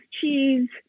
cheese